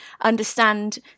understand